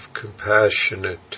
compassionate